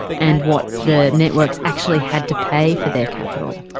and what the networks actually had to pay for their capital?